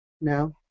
No